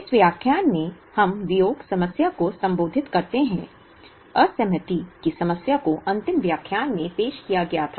इस व्याख्यान में हम वियोग समस्या को संबोधित करते हैं असहमति की समस्या को अंतिम व्याख्यान में पेश किया गया था